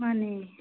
ꯃꯥꯅꯦ